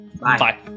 Bye